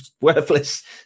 worthless